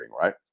right